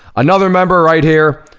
another member right here,